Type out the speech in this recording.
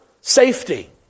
safety